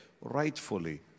rightfully